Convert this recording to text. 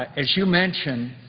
as you mentioned,